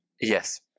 Yes